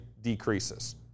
decreases